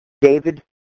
David